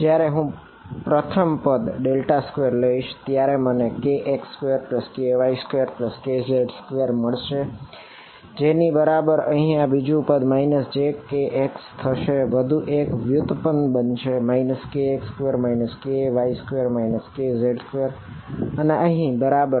જયારે હું પ્રથમ પદ 2 લઈશ ત્યારે મને kx2ky2kz2 મળશે કે જેની બરાબર અહીં આ બીજું પદ jkx થશે વધુ એક વ્યુત્પન્ન બનશે kx2 ky2 kz2 અને અહીં છે બરાબર